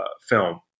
film